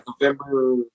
November